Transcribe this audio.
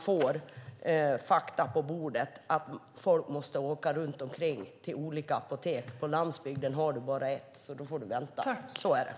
Faktum är att folk måste åka runt till olika apotek. På landsbygden finns det bara ett, så där får man vänta.